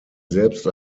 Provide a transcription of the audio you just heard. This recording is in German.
selbst